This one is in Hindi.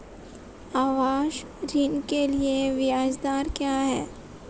आवास ऋण के लिए ब्याज दर क्या हैं?